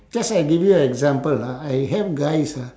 just ah I give you example ah I have guys ah